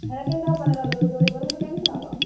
ସେଇଟା କେମିତି ହେବନି ରଜକୁ ଦୋଳି କରିବୁନି କେମିତି ହେବ ଆଉ